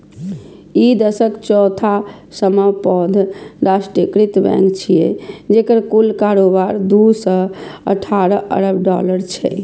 ई देशक चौथा सबसं पैघ राष्ट्रीयकृत बैंक छियै, जेकर कुल कारोबार दू सय अठारह अरब डॉलर छै